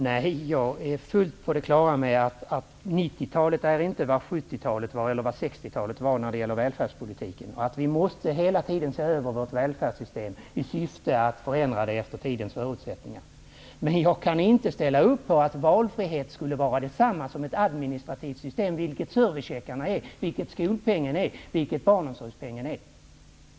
Herr talman! Jag är fullt på det klara med att 90 talet inte är vad 70-talet var och vad 60-talet var när det gäller välfärdspolitiken. Vi måste hela tiden se över vårt välfärdssystem i syfte att förändra det efter tidens förutsättningar. Men jag kan inte ställa upp på att valfrihet skulle vara detsamma som administrativa system -- vilket servicecheckarna är, vilket skolpengen är och vilket barnomsorgspengen är.